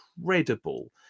incredible